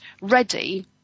ready